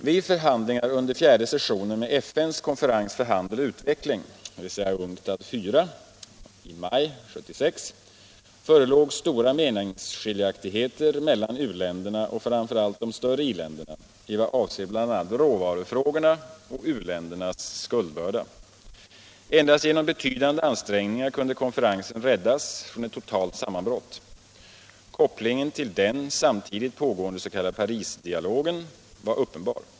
Vid förhandlingar under fjärde sessionen med FN:s konferens för handel och utveckling i maj 1976 förelåg stora meningsskiljaktigheter mellan u-länderna och framför allt de större i-länderna i vad avser bl.a. råvarufrågorna och u-ländernas skuldbörda. Endast genom betydande ansträngningar kunde konferensen räddas från ett totalt sammanbrott. Kopplingen till den samtidigt pågående s.k. Parisdialogen var uppenbar.